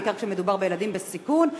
בעיקר כשמדובר בילדים בסיכון.